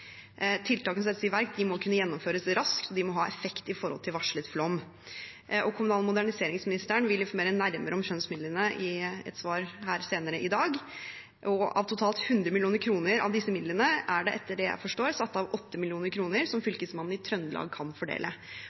Tiltakene som settes i verk, må kunne gjennomføres raskt, og de må ha effekt i forhold til varslet flom. Kommunal- og moderniseringsministeren vil informere nærmere om skjønnsmidlene i et svar her senere i dag. Av totalt 100 mill. kr av disse midlene er det, etter det jeg forstår, satt av 8 mill. kr som Fylkesmannen i Trøndelag kan fordele.